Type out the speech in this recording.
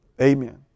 Amen